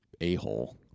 a-hole